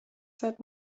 said